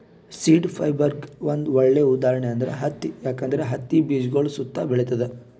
seed ಫೈಬರ್ಗ್ ಒಂದ್ ಒಳ್ಳೆ ಉದಾಹರಣೆ ಅಂದ್ರ ಹತ್ತಿ ಯಾಕಂದ್ರ ಹತ್ತಿ ಬೀಜಗಳ್ ಸುತ್ತಾ ಬೆಳಿತದ್